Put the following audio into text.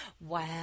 Wow